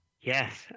yes